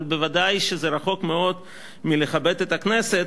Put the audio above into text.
אבל ודאי שזה רחוק מאוד מלכבד את הכנסת.